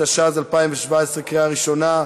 התשע"ז 2017, לקריאה ראשונה,